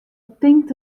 tinkt